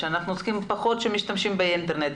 מקומות שמשתמשים פחות באינטרנט,